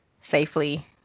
safely